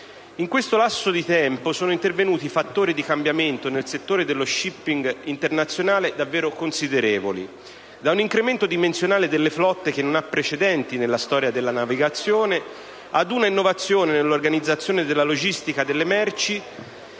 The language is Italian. In questo lasso di tempo sono intervenuti fattori di cambiamento nel settore dello *shipping* internazionale davvero considerevoli: da un incremento dimensionale delle flotte, che non ha precedenti nella storia della navigazione, ad un'innovazione nell'organizzazione della logistica delle merci,